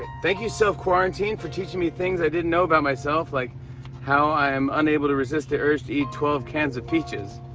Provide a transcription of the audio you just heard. thank you, self-quarantine, for teaching me things i didn't know about myself, like how i'm unable to resist the urge to eat twelve cans of peaches.